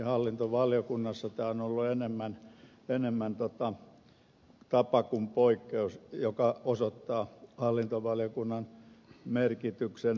hallintovaliokunnassa tämä on ollut enemmän tapa kuin poikkeus mikä osoittaa hallintovaliokunnan merkityksen